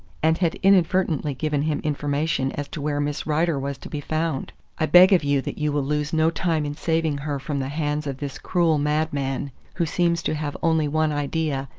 and had inadvertently given him information as to where miss rider was to be found! i beg of you that you will lose no time in saving her from the hands of this cruel madman, who seems to have only one idea,